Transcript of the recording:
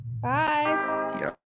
Bye